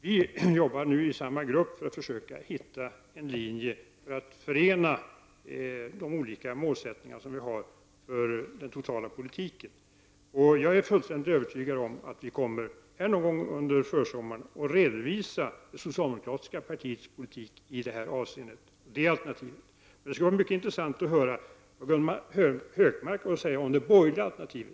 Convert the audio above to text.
Vi arbetar nu i samma grupp för att försöka finna en linje som kan förena de olika målsättningar som vi har för politiken i stort. Jag är fullständigt övertygad om att vi någon gång under försommaren kommer att kunna redovisa det socialdemokratiska partiets politik i detta avseende, vårt alternativ. Det skulle vara mycket intressant att höra vad Gunnar Hökmark har att säga om det borgerliga alternativet.